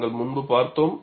நாங்கள் முன்பு பார்த்தோம்